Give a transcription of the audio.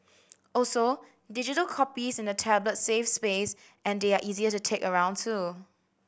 also digital copies in a tablet save space and they are easier to take around too